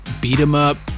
beat-em-up